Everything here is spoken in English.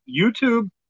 YouTube